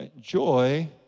Joy